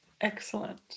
excellent